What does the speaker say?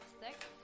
stick